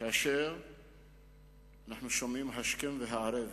כאשר אנחנו שומעים השכם והערב